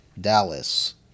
Dallas